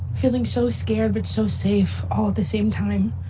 feeling so scared but so safe all the same time.